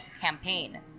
campaign